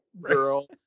girl